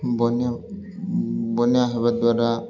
ବନ୍ୟା ବନ୍ୟା ହେବା ଦ୍ୱାରା